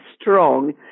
strong